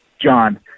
John